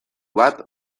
bat